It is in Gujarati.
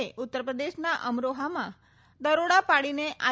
એ ઉત્તર પ્રદેશના અમરોહામાં દરોડા પાડીને આઈ